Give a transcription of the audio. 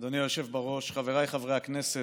אדוני היושב בראש, חבריי חברי הכנסת,